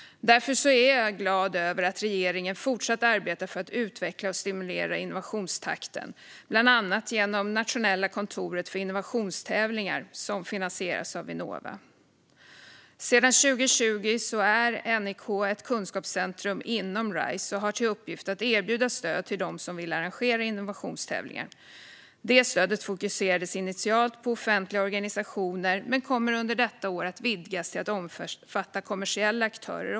Därför är jag glad över att regeringen fortsatt arbetar för att utveckla och stimulera innovationstakten, bland annat genom NIK, det nationella kontoret för innovationstävlingar, som finansieras av Vinnova. NIK är från och med 2020 ett kunskapscentrum inom Rise och har till uppgift att erbjuda stöd till dem som vill arrangera innovationstävlingar. Det stödet fokuserades initialt på offentliga organisationer men kommer under detta år att vidgas till att omfatta även kommersiella aktörer.